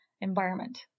environment